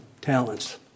talents